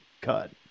cut